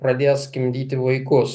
pradės gimdyti vaikus